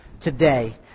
today